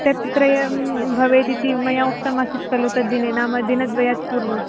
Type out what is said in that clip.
हा स्टेप् त्रयं भवेदिति मया उक्तमासीत् खलु तद्दिने नाम दिनद्वयात् पूर्वं